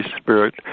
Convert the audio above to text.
spirit